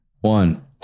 One